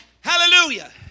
Hallelujah